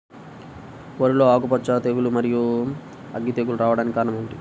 వరిలో ఆకుమచ్చ తెగులు, మరియు అగ్గి తెగులు రావడానికి కారణం ఏమిటి?